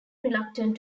reluctant